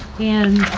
and